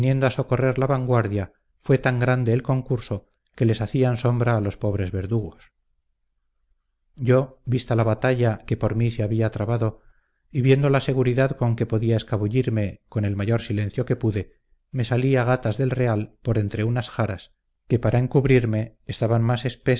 socorrer la vanguardia fue tan grande el concurso que les hacían sombra a los pobres verdugos yo vista la batalla que por mí se había trabado y viendo la seguridad con que podía escabullirme con el mayor silencio que pude me salía gatas del real por entre unas jaras que para encubrirme estaban más